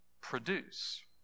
produce